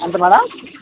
ఎంత మేడం